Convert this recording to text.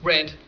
Red